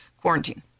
quarantine